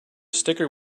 sticker